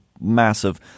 massive